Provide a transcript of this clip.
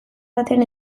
batean